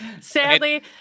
Sadly